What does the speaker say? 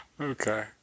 Okay